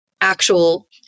actual